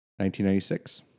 1996